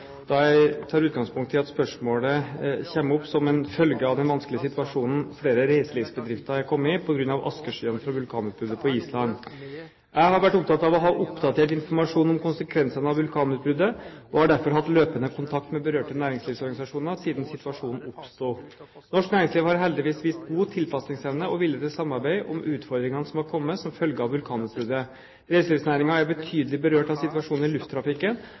vanskelige situasjonen flere reiselivsbedrifter er kommet i på grunn av askeskyen fra vulkanutbruddet på Island. Jeg har vært opptatt av å ha oppdatert informasjon om konsekvensene av vulkanutbruddet og har derfor hatt løpende kontakt med berørte næringslivsorganisasjoner siden situasjonen oppsto. Norsk næringsliv har heldigvis vist god tilpasningsevne og vilje til samarbeid om utfordringene som er kommet som følge av vulkanutbruddet. Reiselivsnæringen er betydelig berørt av situasjonen i lufttrafikken,